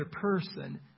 person